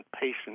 patient